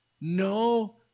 no